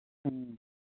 ꯎꯝ